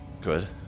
Good